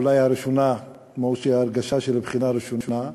אולי הראשונה, כמו הרגשה של בחינה ראשונה,